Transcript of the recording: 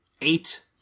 eight